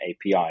api